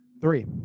Three